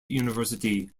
university